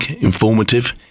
informative